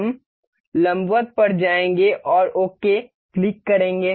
हम लंबवत पर जाएंगे और ओके क्लिक करेंगे